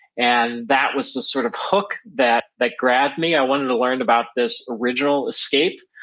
and that was the sort of hook that that grabbed me, i wanted to learn about this original escape,